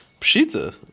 Pshita